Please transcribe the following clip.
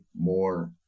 more